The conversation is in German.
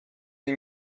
sie